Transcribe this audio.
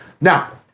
Now